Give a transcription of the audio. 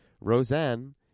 Roseanne